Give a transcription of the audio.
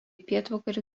pietvakarių